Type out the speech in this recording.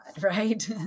right